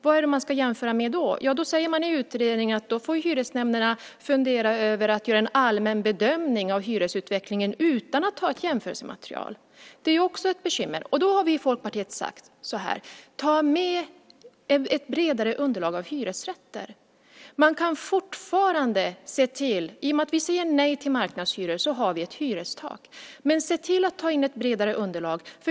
Vad är det man ska jämföra då? Ja, då säger man i utredningen att hyresnämnderna får fundera över att göra en allmän bedömning av hyresutvecklingen utan att ha ett jämförelsematerial. Det är också ett bekymmer. Då har vi i Folkpartiet sagt så här. Ta med ett bredare underlag av hyresrätter. I och med att vi säger nej till marknadshyror har vi ett hyrestak. Men se till att ha ett bredare underlag.